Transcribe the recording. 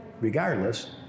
regardless